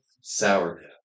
sourdough